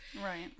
Right